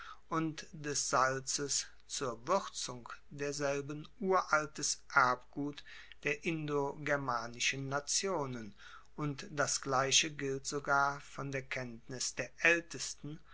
und des salzes zur wuerzung derselben uraltes erbgut der indogermanischen nationen und das gleiche gilt sogar von der kenntnis der aeltesten